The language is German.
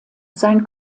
sein